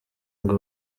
ngo